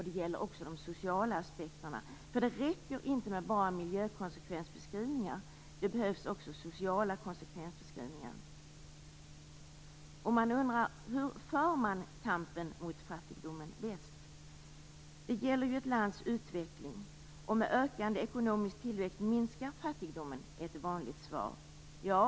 Det gäller också de sociala aspekterna. Det räcker inte med bara miljökonsekvensbeskrivningar. Det behövs också sociala konsekvensbeskrivningar. Man undrar: Hur för man kampen mot fattigdomen bäst? Det gäller ju ett lands utveckling. Med ökande ekonomisk tillväxt minskar fattigdomen, är ett vanligt svar.